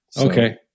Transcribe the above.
Okay